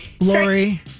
Lori